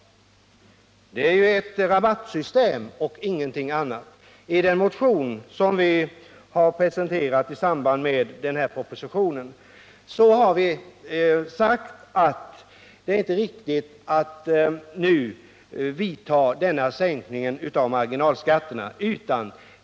Det är ju ett rabattsystem och ingenting annat. I den motion som vi har presenterat i samband med den här propositionen har vi sagt att det inte är riktigt att nu vidta denna sänkning av marginalskatterna.